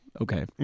okay